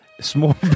Small